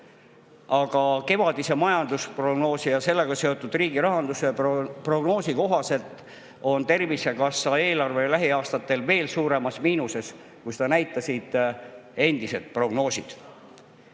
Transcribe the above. Aga kevadise majandusprognoosi ja sellega seotud riigi rahanduse prognoosi kohaselt on Tervisekassa eelarve lähiaastatel veel suuremas miinuses, kui seda näitasid varasemad prognoosid.